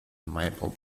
maple